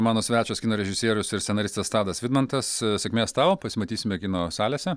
mano svečias kino režisierius ir scenaristas tadas vidmantas sėkmės tau pasimatysime kino salėse